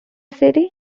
city